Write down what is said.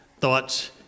thoughts